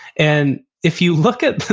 and if you look at,